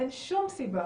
אין שום סיבה